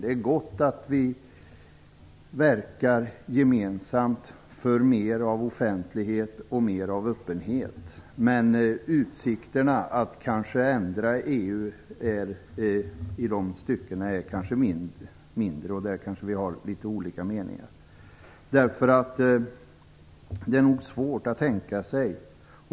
Det är gott att vi verkar gemensamt för mer av offentlighet och öppenhet, men utsikterna att ändra EU i de styckena är mindre. Där kan vi ha litet olika meningar. Det är nog svårt att tänka sig.